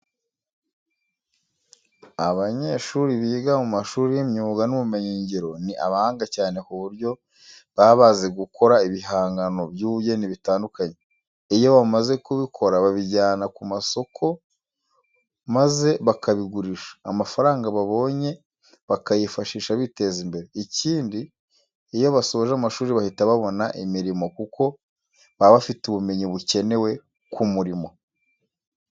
Abanyeshuri biga mu mashuri y'imyuga n'ubumenyingiro, ni abahanga cyane ku buryo baba bazi gukora ibihangano by'ubugeni bitandukanye. Iyo bamaze kubikora babijyana ku masoko maza bakabigurisha, amafaranga babonye bakayifashisha biteza imbere. Ikindi, iyo basoje amashuri bahita babona imirimo kuko baba bafite ubumenyi bukenewe ku murimo.